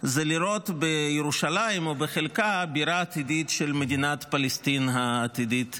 היא לראות בירושלים או בחלקה בירה עתידית של מדינת פלסטין העתידית.